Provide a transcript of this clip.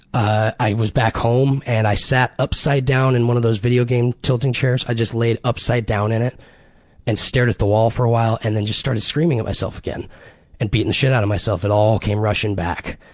i was back home and i sat upside down in one of those video game tilting chairs. i just laid upside down in it and stared at the wall for a while and then just started screaming at myself again and beating the shit out of myself. it all came rushing back.